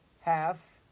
half